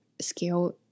scale